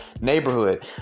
neighborhood